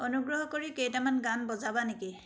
অনুগ্ৰহ কৰি কেইটামান গান বজাবা নেকি